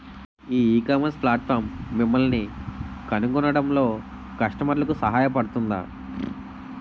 ఈ ecommerce platform మిమ్మల్ని కనుగొనడంలో కస్టమర్లకు సహాయపడుతుందా?